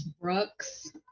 Brooks